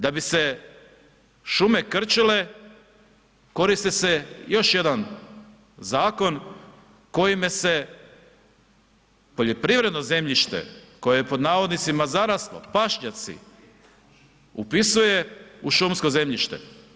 Da bi se šume krčile, koristi se još jedan zakon kojime se poljoprivredno zemljište koje je „zaraslo“, pašnjaci, upisuje u šumsko zemljište.